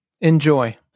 enjoy